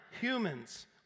humans